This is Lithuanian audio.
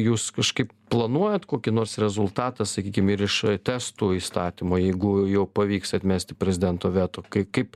jūs kažkaip planuojat kokį nors rezultatą sakykim ir iš testų įstatymo jeigu jau pavyks atmesti prezidento veto kai kaip